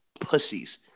pussies